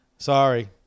Sorry